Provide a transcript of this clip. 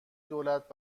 دولت